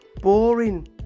Boring